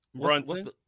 Brunson